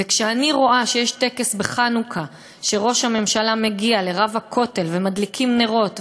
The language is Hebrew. וכשאני רואה שיש טקס בחנוכה שראש הממשלה מגיע לרב הכותל ומדליקים נרות,